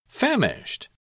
Famished